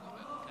אתה מדבר?